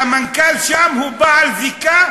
והמנכ"ל שם הוא בעל זיקה